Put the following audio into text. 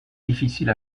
difficile